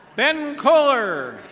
ben coller.